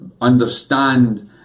understand